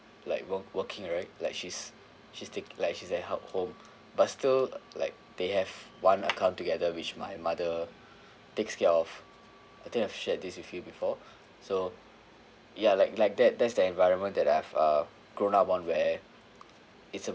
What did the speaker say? like work~ working right like she's she's tak~ like she's at her home but still like they have one account together which my mother takes care of I think I've shared this with you before so ya like like that that's the environment that I've uh grown up on where it's a